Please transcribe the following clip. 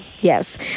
Yes